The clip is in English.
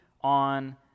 on